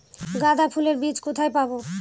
গাঁদা ফুলের বীজ কোথায় পাবো?